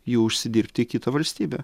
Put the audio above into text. jų užsidirbti į kitą valstybę